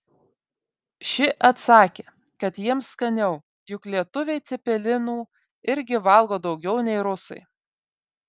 ši atsakė kad jiems skaniau juk lietuviai cepelinų irgi valgo daugiau nei rusai